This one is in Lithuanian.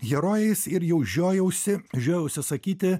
herojais ir jau žiojausi žiojausi sakyti